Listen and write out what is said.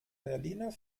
berliner